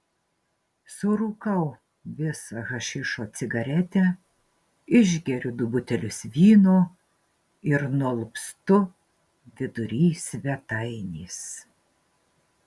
surūkau visą hašišo cigaretę išgeriu du butelius vyno ir nualpstu vidury svetainės